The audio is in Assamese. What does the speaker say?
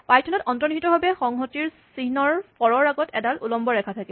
পাইথন ত অন্তঃনিহিতভাৱে সংহতি চিহ্নৰ ফৰ ৰ আগত এডাল উলম্ব ৰেখা থাকে